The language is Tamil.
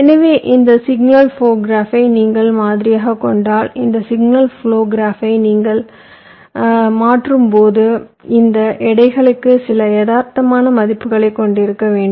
எனவே இந்த சிக்னல் ப்லோ கிராப்பை நீங்கள் மாதிரியாகக் கொண்டால் இந்த சிக்னல் ப்லோ கிராப்பை நீங்கள் மாதிரியாக மாற்றும்போது இந்த எடைகளுக்கு சில யதார்த்தமான மதிப்புகளைக் கொண்டிருக்க வேண்டும்